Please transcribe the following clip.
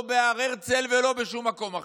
לא בהר הרצל ולא בשום מקום אחר,